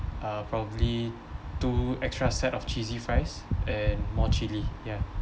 uh probably two extra set of cheesy fries and more chilli ya